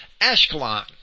Ashkelon